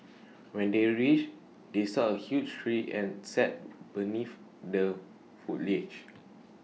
when they reached they saw A huge tree and sat beneath the foliage